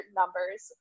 numbers